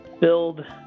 build